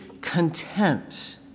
content